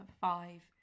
five